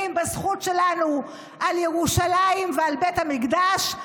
בזכות שלנו על ירושלים ועל בית המקדש,